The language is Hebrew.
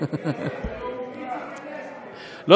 אני אסביר.